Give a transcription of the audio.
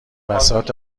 بساط